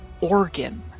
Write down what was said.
organ